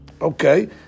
Okay